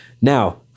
Now